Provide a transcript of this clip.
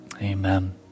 Amen